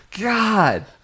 God